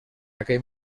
aquell